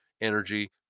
energy